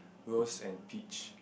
roast and peach